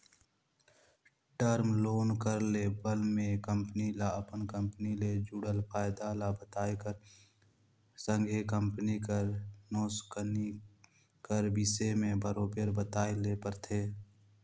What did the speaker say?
term loan कर लेवब में कंपनी ल अपन कंपनी ले जुड़ल फयदा ल बताए कर संघे कंपनी कर नोसकानी कर बिसे में बरोबेर बताए ले परथे